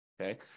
Okay